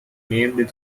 named